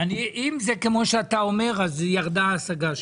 אם זה כמו שאתה אומר ירדה ההשגה שלי,